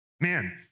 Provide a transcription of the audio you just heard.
Man